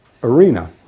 arena